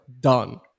done